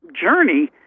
journey